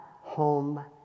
Home